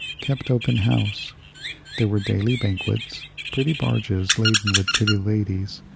kept open house there were daily banquets pretty barges, laden with pretty ladies,